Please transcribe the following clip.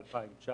ל-2019,